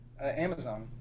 Amazon